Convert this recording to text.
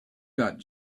got